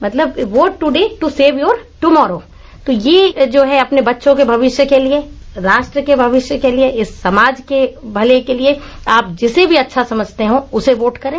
मतलब vote today to save your tomorrow तो ये जो है अपने बच्चों के भविष्य के लिये राष्ट्र के भविष्य के लिये इस समाज के भले के लिये आप जिसे भी अच्छा समझते है वोट करें